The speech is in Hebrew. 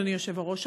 אדוני היושב-ראש,